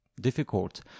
difficult